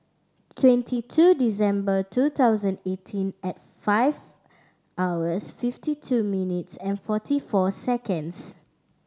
twenty two December two thousand eighteen at five hours fifty two minutes and forty four seconds